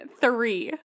three